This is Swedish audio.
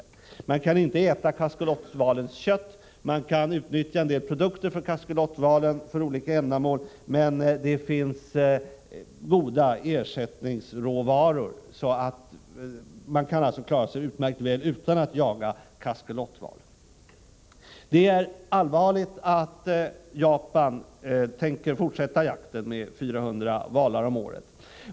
Man kan inte äta kaskelotvalens kött. Man kan utnyttja en del produkter från valen för olika ändamål, men för dem finns goda ersättningsråvaror, och man kan därför klara sig utmärkt väl utan att jaga denna val. Det är allvarligt att Japan tänker fortsätta jakten med en kvot på 400 valar om året.